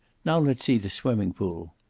now let's see the swimming-pool.